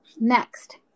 next